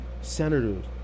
senators